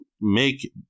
make